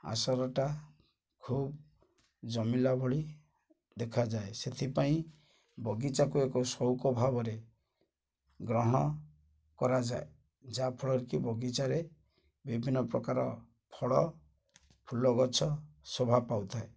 ଆସରଟା ଖୁବ ଜମିଲା ଭଳି ଦେଖାଯାଏ ସେଥିପାଇଁ ବଗିଚାକୁ ଏକ ସଉକ ଭାବରେ ଗ୍ରହଣ କରାଯାଏ ଯାହାଫଳରେ କି ବଗିଚାରେ ବିଭିନ୍ନ ପ୍ରକାର ଫଳ ଫୁଲଗଛ ସୋଭା ପାଉଥାଏ